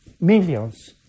millions